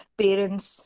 parents